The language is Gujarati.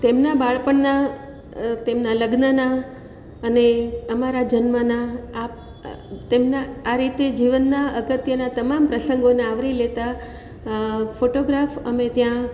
તેમના બાળપણના તેમના લગ્નના અને અમારા જન્મના તેમના આ રીતે જીવનના અગત્યના તમામ પ્રસંગોને આવરી લેતા ફોટોગ્રાફ અમે ત્યાં